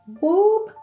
Whoop